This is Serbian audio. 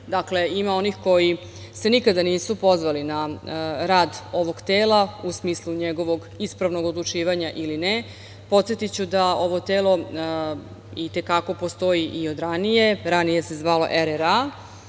Dakle, ima onih koji se nikada nisu pozvali na rad ovog tela u smislu njegovog ispravnog odlučivanja ili ne. Podsetiću da ovo telo i te kako postoji od ranije. Ranije se zvalo RRA,